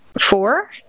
four